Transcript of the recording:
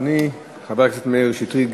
אדוני חבר הכנסת מאיר שטרית,